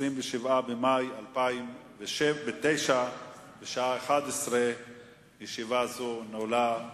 27 במאי 2009, בשעה 11:00. ישיבה זו נעולה.